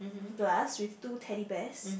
glass with two Teddy Bears